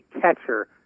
catcher